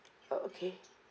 oh okay